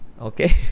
Okay